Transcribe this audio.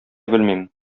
белмим